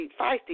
feisty